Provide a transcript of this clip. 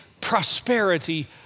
prosperity